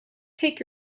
take